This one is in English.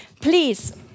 Please